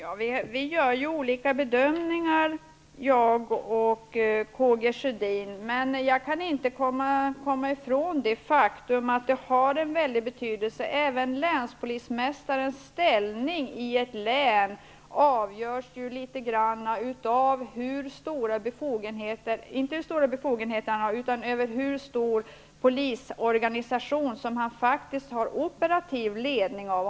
Herr talman! K G Sjödin och jag gör olika bedömningar. Men jag kan inte komma ifrån det faktum att även länspolismästarens ställning i ett län avgörs litet grand av hur stor polisorganisation som han faktiskt har operativ ledning över.